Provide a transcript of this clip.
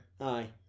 Aye